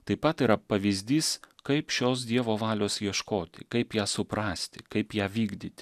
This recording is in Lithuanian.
taip pat yra pavyzdys kaip šios dievo valios ieškoti kaip ją suprasti kaip ją vykdyt